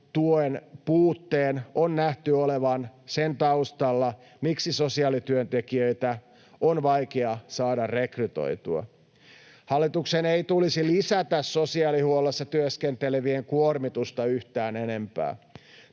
tuen puutteen on nähty olevan sen taustalla, miksi sosiaalityöntekijöitä on vaikea saada rekrytoitua. Hallituksen ei tulisi lisätä sosiaalihuollossa työskentelevien kuormitusta yhtään enempää.